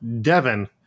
Devin